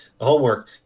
homework